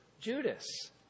Judas